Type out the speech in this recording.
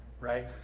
right